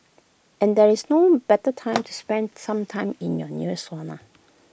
and there is no better time to spend some time in your nearest sauna